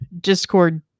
Discord